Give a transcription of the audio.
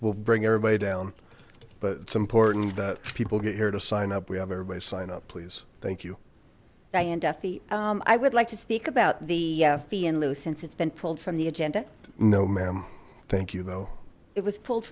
we'll bring everybody down but it's important that people get here to sign up we have everybody sign up please thank you dianne duffy i would like to speak about the fee in lieu since it's been pulled from the agenda no ma'am thank you though it was pulled